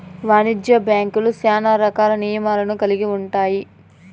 వాణిజ్య బ్యాంక్యులు శ్యానా రకాల నియమాలను కల్గి ఉంటాయి